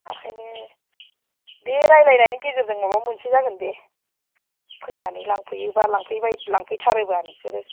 आखाइनो दे रायलाइनायनि गेजेरजों माबा मोनसे जागोन बे फैनानै लांफैयोबा लांफैबाय लांफै थारोबा नोंसोरो